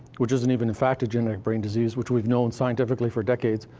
which isn't even, in fact, a genetic brain disease, which we've known scientifically for decades,